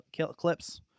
clips